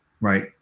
right